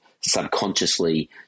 subconsciously